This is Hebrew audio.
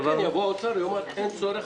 אלא אם כן יבוא משרד האוצר ויאמר: אין צורך,